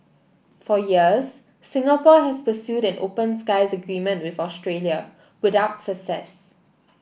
for years Singapore has pursued an open skies agreement with Australia without success